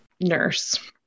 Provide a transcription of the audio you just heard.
nurse